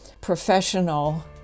professional